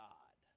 God